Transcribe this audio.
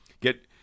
Get